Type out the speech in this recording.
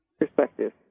perspective